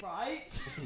right